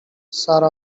sarah